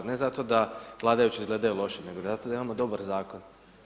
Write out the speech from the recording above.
Ne zato da vladajući izgledaju loše, nego zato da imamo dobar zakon.